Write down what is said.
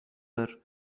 are